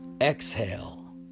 Exhale